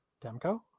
Demko